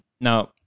Now